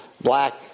black